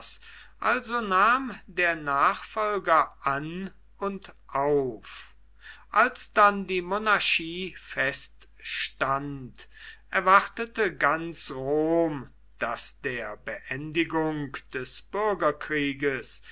also nahm der nachfolger an und auf als dann die monarchie feststand erwartete ganz rom daß der beendigung des bürgerkrieges